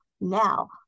now